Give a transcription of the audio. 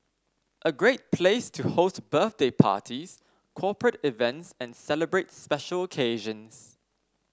a great place to host birthday parties corporate events and celebrate special occasions